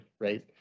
right